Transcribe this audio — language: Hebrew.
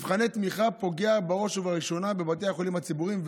מבחני תמיכה פוגעים בראש ובראשונה בבתי החולים הציבוריים,